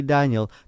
Daniel